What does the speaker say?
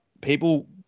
people